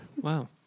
wow